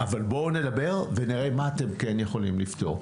אבל בואו נדבר ונראה מה אתם כן יכולים לפתור,